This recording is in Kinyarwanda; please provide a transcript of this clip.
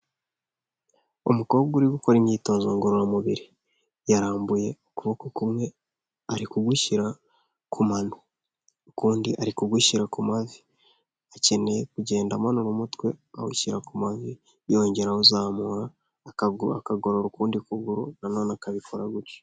Umukobwa uri gukora imyitozo ngororamubiri yarambuye ukuboko kumwe ari kugushyira ku mano ukundi ari kugushyira ku mavi akeneye kugenda amanura umutwe awushyira ku mavi yongera awuzamura akagorora ukundi kuguru nanone akabikora gutyo.